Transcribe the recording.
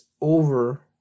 Over